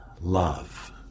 Love